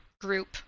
group